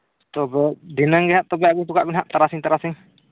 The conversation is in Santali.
ᱛᱚᱵᱮ ᱫᱷᱤᱱᱟᱹᱧᱜᱮ ᱦᱟᱸᱜ ᱛᱚᱵᱮ ᱟᱹᱜᱩ ᱦᱚᱴᱚᱠᱟᱜᱵᱮᱱ ᱦᱟᱸᱜ ᱛᱟᱨᱟᱥᱤᱧ ᱛᱟᱨᱟᱥᱤᱧ